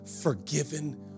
forgiven